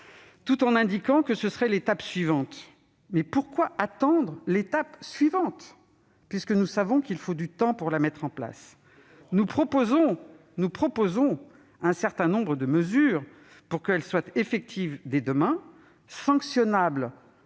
tout en indiquant qu'elle serait l'étape suivante. Mais pourquoi attendre l'étape suivante, puisque nous savons qu'il faut du temps pour la mettre en place ? Nous proposons un certain nombre de mesures qui pourront être effectives dès demain, sanctionnables